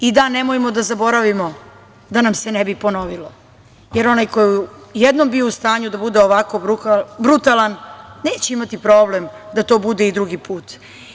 I da, nemojmo da zaboravimo da nam se ne bi ponovilo, jer onaj koji je jednom bio u stanju da bude ovako brutalan, neće imati problem da to bude i drugi put.